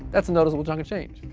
that's a noticeable chunk of change.